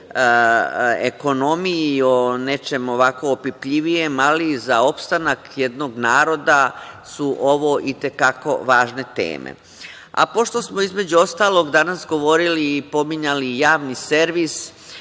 o nečemu ovako opipljivijem, ali za opstanak jednog naroda su ovo i te kako važne teme, a pošto smo između ostalog danas govorili i pominjali i Javni servis,